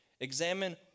Examine